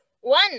One